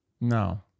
no